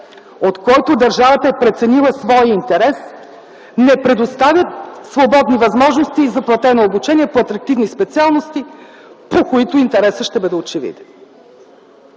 от който държавата е преценила своя интерес, не предоставя свободни възможности за платено обучение по атрактивни специалности, по които интересът ще бъде очевиден.